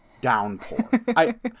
downpour